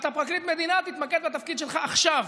אתה פרקליט מדינה, תתמקד בתפקיד שלך עכשיו.